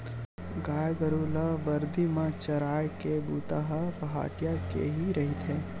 गाय गरु ल बरदी म चराए के बूता ह पहाटिया के ही रहिथे